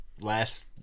last